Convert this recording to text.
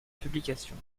publication